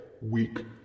weak